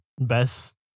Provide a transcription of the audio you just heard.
best